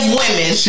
women